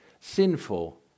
sinful